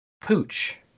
Pooch